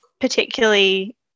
particularly